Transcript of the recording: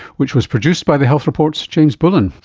which was produced by the health report's james bullen.